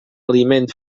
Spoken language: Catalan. aliment